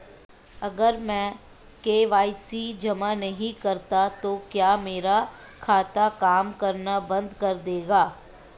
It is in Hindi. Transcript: अगर मैं के.वाई.सी जमा नहीं करता तो क्या मेरा खाता काम करना बंद कर देगा?